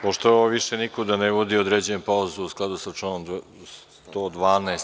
Pošto ovo više nikuda ne vodi, određujem pauzu u skladu sa članom 112.